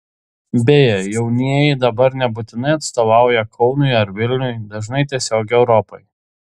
beje jaunieji dabar nebūtinai atstovauja kaunui ar vilniui dažnai tiesiog europai